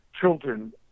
children